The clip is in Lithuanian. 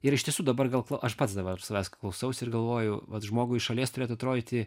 ir iš tiesų dabar gal ko aš pats dabar savęs klausausi ir galvoju vat žmogui iš šalies turėtų atrodyti